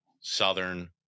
southern